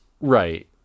Right